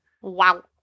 Wow